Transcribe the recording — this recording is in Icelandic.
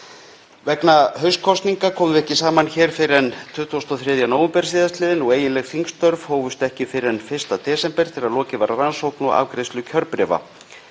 Vegna haustkosninga komum við ekki saman hér fyrr en 23. nóvember síðastliðinn og eiginleg þingstörf hófust ekki fyrr en 1. desember þegar lokið var á rannsókn og afgreiðslu kjörbréfa.